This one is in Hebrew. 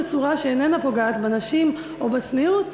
בצורה שאיננה פוגעת בנשים או בצניעות,